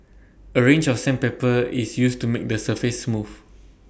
A range of sandpaper is used to make the surface smooth